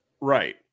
Right